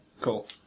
cool